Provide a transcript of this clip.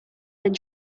and